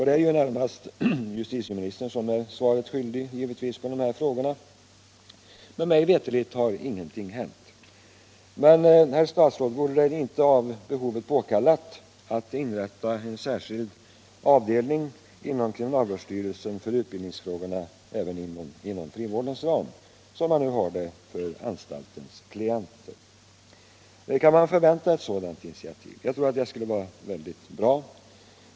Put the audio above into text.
Det är ju närmast justitieministern som är svaret skyldig i denna fråga. Mig veterligt har ingenting hänt. Men, herr statsråd, vore det inte av behovet påkallat att inom kriminalvårdsstyrelsen inrätta en särskild avdelning för utbildningsfrågorna inom frivårdens ram, liknande den som nu finns för anstalternas klienter? Kan man förvänta ett sådant initiativ? Jag tror att det skulle vara mycket värdefullt.